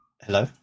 Hello